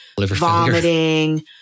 vomiting